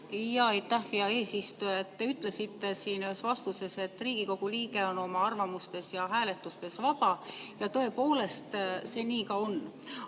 Aitäh, hea eesistuja! Te ütlesite siin ühes vastuses, et Riigikogu liige on oma arvamustes ja hääletustes vaba, ja tõepoolest see nii ka on.